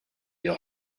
your